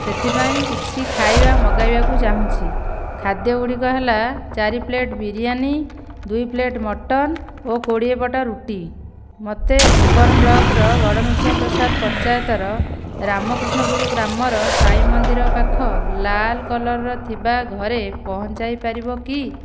ସେଥିପାଇଁ କିଛି ଖାଇବା ମଗାଇବାକୁ ଚାହୁଁଛି ଖାଦ୍ୟ ଗୁଡ଼ିକ ହେଲା ଚାରି ପ୍ଲେଟ୍ ବିରିୟାନୀ ଦୁଇ ପ୍ଲେଟ୍ ମଟନ୍ ଓ କୋଡ଼ିଏ ପଟ ରୁଟି ମୋତେ ଭୁବନ ବ୍ଲକର ଗଡ଼ନୃସିଂହପ୍ରସାଦ ପଞ୍ଚାୟତର ରାମକୃଷ୍ଣପୁର ଗ୍ରାମର ସାଇ ମନ୍ଦିର ପାଖ ଲାଲ୍ କଲର୍ର ଥିବା ଘରେ ପହଞ୍ଚାଇ ପାରିବ କି